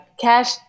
cash